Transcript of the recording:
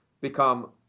become